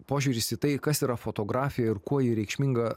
požiūris į tai kas yra fotografija ir kuo ji reikšminga